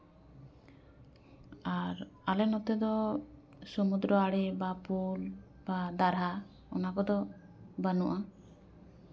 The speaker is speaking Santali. ᱟᱨ ᱟᱞᱮ ᱱᱚᱛᱮ ᱫᱚ ᱥᱚᱢᱩᱫᱨᱚ ᱟᱲᱮ ᱵᱟ ᱯᱳᱞ ᱵᱟ ᱫᱟᱨᱦᱟ ᱚᱱᱟ ᱠᱚᱫᱚ ᱵᱟᱹᱱᱩᱜᱼᱟ